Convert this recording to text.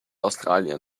australiens